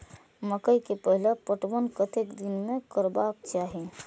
मकेय के पहिल पटवन कतेक दिन में करबाक चाही?